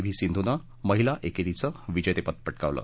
V सिंधूनं महिला एकेरीचं विजेतेपद प क्रिावलं